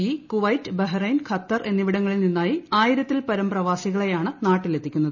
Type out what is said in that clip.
E Kuwait Bahrain Qatar എന്നിവിടങ്ങളിൽ നിന്നായി ആയിരത്തിൽ പരം പ്രവാസികളെയാണ് നാട്ടിലെത്തിക്കുന്നത്